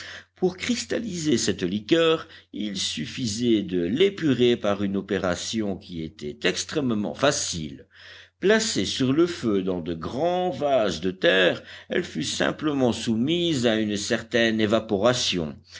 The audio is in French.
pour cristalliser cette liqueur il suffisait de l'épurer par une opération qui était extrêmement facile placée sur le feu dans de grands vases de terre elle fut simplement soumise à une certaine évaporation